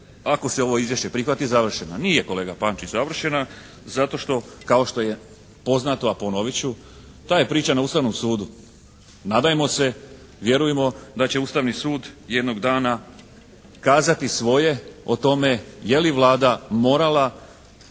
ako se ovo izvješće prihvati završena. Nije kolega Pančić završena zato što, kao što je poznato, a ponovit ću, ta je priča na Ustavnom sudu. Nadajmo se, vjerujmo da će Ustavni sud jednog dana kazati svoje o tome je li Vlada morala